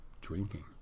drinking